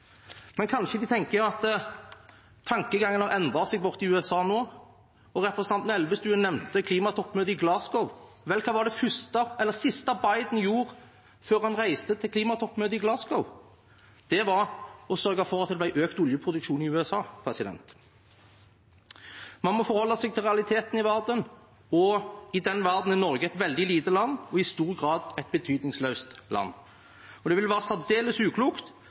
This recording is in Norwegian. Men kanskje man tenker at tankegangen har endret seg borte i USA nå. Representanten Elvestuen nevnte klimatoppmøtet i Glasgow. Vel, hva var det siste Biden gjorde før han reiste til klimatoppmøtet i Glasgow? Det var å sørge for at det ble økt oljeproduksjon i USA. Man må forholde til realitetene i verden, og i den verdenen er Norge et veldig lite land og i stor grad et betydningsløst land. Det vil særdeles uklokt